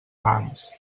ranes